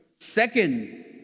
Second